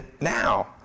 now